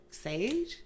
sage